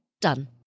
Done